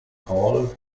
hall